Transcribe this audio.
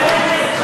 מה זה?